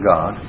God